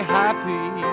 happy